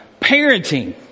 parenting